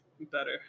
better